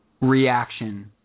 reaction